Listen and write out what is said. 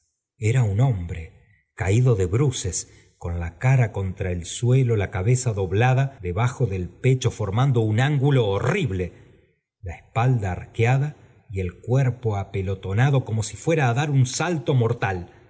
era un hombre caído de bruces con la cara contra el suelo la cabeza doblada debajo del pecho formando un ángulo horrible la espalda arqueada y el cuerpo apelotonado como si fuera á dar un salto mortal